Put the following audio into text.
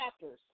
chapters